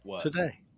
today